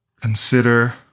consider